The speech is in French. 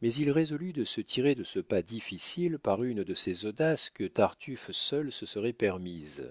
mais il résolut de se tirer de ce pas difficile par une de ces audaces que tartufe seul se serait permise